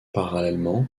parallèlement